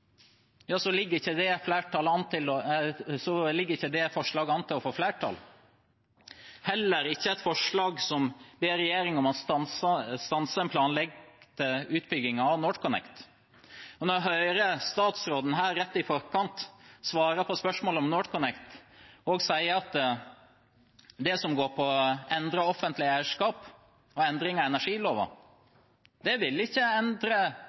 få flertall – heller ikke et forslag der en ber regjeringen om å stanse den planlagte utbyggingen av NorthConnect. Jeg hørte statsråden her rett i forkant svare på spørsmål om NorthConnect. Hun sa at det som går på endret offentlig eierskap og endring av energiloven, vil ikke endre